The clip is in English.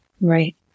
Right